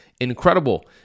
incredible